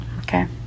okay